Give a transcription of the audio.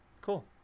Cool